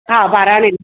हा बहिराणे में